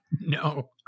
No